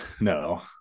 no